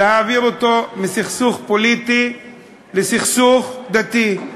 להעביר אותו מסכסוך פוליטי לסכסוך דתי.